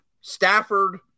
Stafford